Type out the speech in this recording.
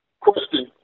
question